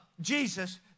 Jesus